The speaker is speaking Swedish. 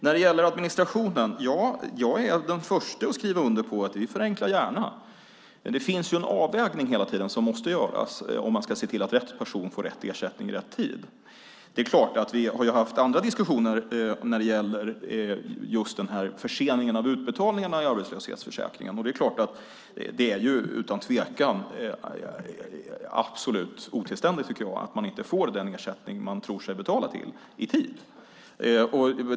När det gäller administrationen är jag den förste att skriva under på att vi gärna förenklar. Det finns dock en avvägning som hela tiden måste göras om man ska se till att rätt person får rätt ersättning i rätt tid. Det är klart att vi har haft andra diskussioner just när det gäller förseningen av utbetalningar i arbetslöshetsförsäkringen. Det är utan tvekan absolut otillständigt, tycker jag, att man inte får den ersättning man tror sig ha betalat in till i tid.